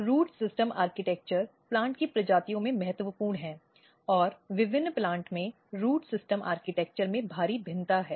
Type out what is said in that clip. root system architecture plant की प्रजातियों में महत्वपूर्ण है और विभिन्न प्लांट में रूट सिस्टम आर्किटेक्चर में भारी भिन्नता है